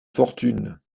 fortunes